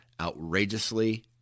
outrageously